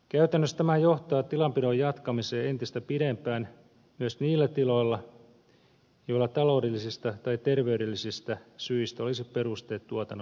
käytännössä tämä johtaa tilanpidon jatkamiseen entistä pidempään myös niillä tiloilla joilla taloudellisista tai terveydellisistä syistä olisi perusteet tuotannon lopettamiselle